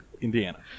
Indiana